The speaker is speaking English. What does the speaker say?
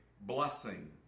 blessing